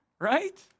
Right